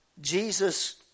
Jesus